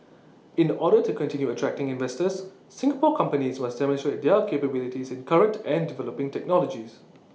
in order to continue attracting investors Singapore companies must demonstrate their capabilities in current and developing technologies